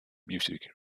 music